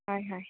ꯍꯣꯏ ꯍꯣꯏ